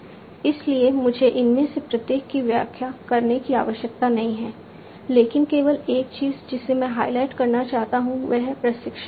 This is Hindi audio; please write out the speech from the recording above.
इसलिए मुझे इनमें से प्रत्येक की व्याख्या करने की आवश्यकता नहीं है लेकिन केवल एक चीज जिसे मैं हाइलाइट करना चाहता हूं वह है प्रशिक्षण